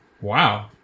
wow